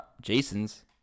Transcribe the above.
Jason's